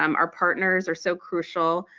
um our partners are so crucial.